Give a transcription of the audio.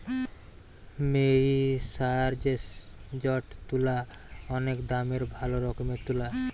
মেরিসারেসজড তুলা অনেক দামের ভালো রকমের তুলা